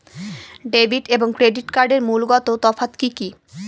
Debit এবং credit কার্ডের মূলগত তফাত কি কী?